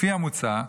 לפי המוצע,